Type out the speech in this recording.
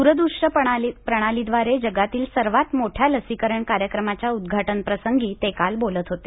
द्रदूश्य प्रणालीद्वारे जगातील सर्वात मोठ्या लसीकरण कार्यक्रमाच्या उद्वाटनप्रसंगी ते काल बोलत होते